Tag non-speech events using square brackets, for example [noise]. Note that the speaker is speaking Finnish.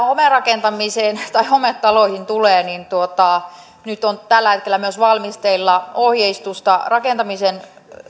[unintelligible] homerakentamiseen tai hometaloihin tulee niin nyt on tällä hetkellä myös valmisteilla ohjeistusta rakentamisen